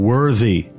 Worthy